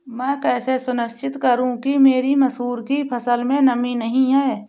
मैं कैसे सुनिश्चित करूँ कि मेरी मसूर की फसल में नमी नहीं है?